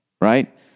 right